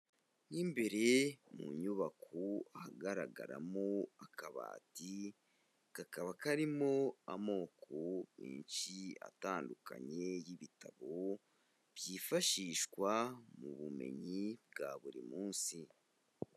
Mo imbere mu nyubako ahagaragaramo akabati, kakaba karimo amoko menshi atandukanye y'ibitabo, byifashishwa mu bumenyi bwa buri munsi.